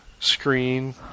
Screen